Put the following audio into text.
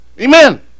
Amen